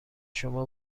شما